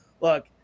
Look